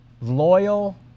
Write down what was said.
loyal